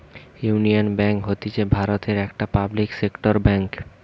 union bank হতিছে ভারতের একটি পাবলিক সেক্টর বেঙ্ক